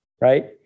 right